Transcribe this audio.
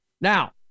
Now